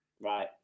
Right